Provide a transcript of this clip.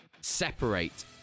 separate